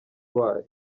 wayo